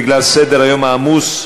בגלל סדר-היום העמוס,